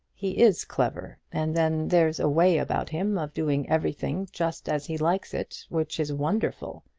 he is clever and then there's a way about him of doing everything just as he likes it, which is wonderful.